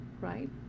right